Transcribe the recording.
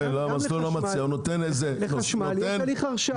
גם לחשמל יש הליך הרשאה.